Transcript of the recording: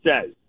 says